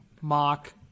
Mock